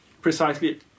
precisely